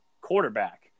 quarterback –